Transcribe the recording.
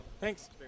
thanks